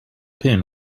pin